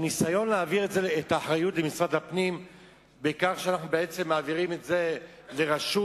הניסיון להעביר את האחריות למשרד הפנים בכך שאנחנו מעבירים את זה לרשות,